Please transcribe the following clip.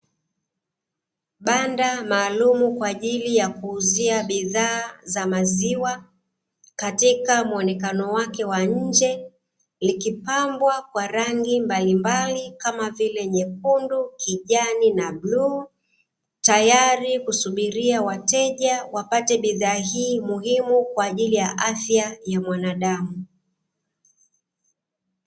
Banda maalumu kwa ajili ya kuuzia bidhaa za maziwa katika muonekano wake wa nje likipambwa kwa rangi mbalimbali kama vile nyekundu, kijani na bluu. tayari kusubiria wateja wapate bidhaa hii muhimu kwa ajili ya afya ya mwanaadamu.